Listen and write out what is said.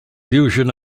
fusion